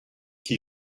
qui